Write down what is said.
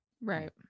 right